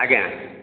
ଆଜ୍ଞା